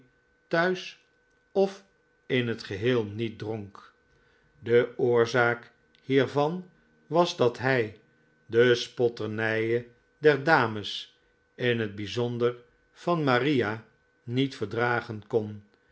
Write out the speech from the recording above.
thuis of in het geheel niet dronk de oorzaak hiervan was dat hij de spotternijen der dames in het byzijn van maria niet verdragen kon